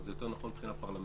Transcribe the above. זה יותר נוכן מבחינה פרלמנטרית,